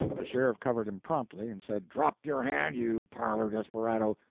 the sheriff covered him promptly, and said, drop your hand, you parlor-desperado.